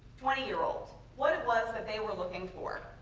twenty year olds what it was that they were looking for.